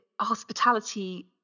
hospitality